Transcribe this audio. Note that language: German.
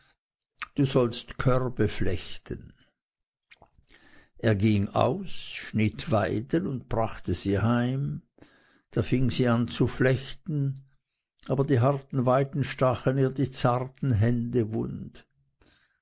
du sollst körbe flechten er ging aus schnitt weiden und brachte sie heim da fing sie an zu flechten aber die harten weiden stachen ihr die zarten hände wund